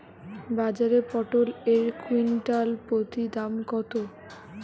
বাজারে পটল এর কুইন্টাল প্রতি দাম কত?